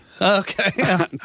Okay